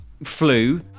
Flu